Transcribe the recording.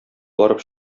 барып